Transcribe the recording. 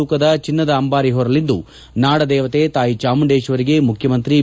ತೂಕದ ಚಿನ್ನದ ಅಂಬಾರಿ ಹೊರಲಿದ್ದು ನಾಡ ದೇವತೆ ತಾಯಿ ಚಾಮುಂಡೇಶ್ವರಿಗೆ ಮುಖ್ಯಮಂತ್ರಿ ಬಿ